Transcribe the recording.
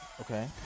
Okay